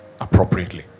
appropriately